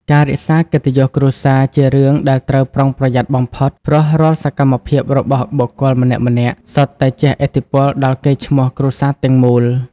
ការរក្សាកិត្តិយសគ្រួសារជារឿងដែលត្រូវប្រុងប្រយ័ត្នបំផុត ព្រោះរាល់សកម្មភាពរបស់បុគ្គលម្នាក់ៗ សុទ្ធតែជះឥទ្ធិពលដល់កេរ្តិ៍ឈ្មោះគ្រួសារទាំងមូល។